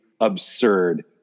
absurd